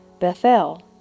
Bethel